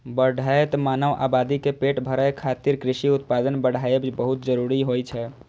बढ़ैत मानव आबादी के पेट भरै खातिर कृषि उत्पादन बढ़ाएब बहुत जरूरी होइ छै